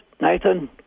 Nathan